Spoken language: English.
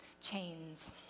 chains